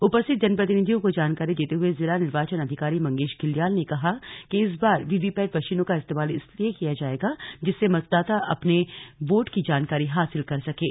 उपस्थित जनप्रतिनिधियों को जानकारी देते हुए जिला निर्वाचन अधिकारी मंगेष घिल्डियाल ने कहा कि इस बार वीवीपैट मशीनों का इस्तेमाल किया जाएगा जिससे मतदाता अपने वोट की जानकारी हासिल कर सकता है